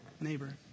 neighbor